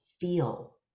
feel